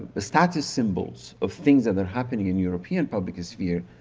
the status symbols of things that are happening in european public sphere,